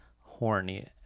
horny